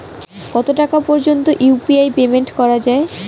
কত টাকা পর্যন্ত ইউ.পি.আই পেমেন্ট করা যায়?